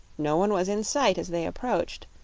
no one was in sight as they approached,